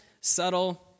Subtle